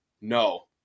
no